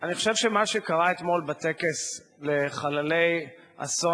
אני חושב שמה שקרה אתמול בטקס לחללי אסון